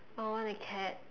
I want a cat